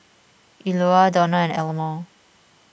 Eula Donal and Elmore